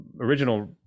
original